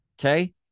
Okay